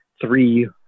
three